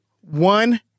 one